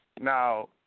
Now